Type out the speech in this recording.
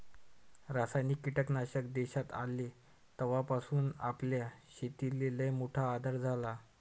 रासायनिक कीटकनाशक देशात आले तवापासून आपल्या शेतीले लईमोठा आधार झाला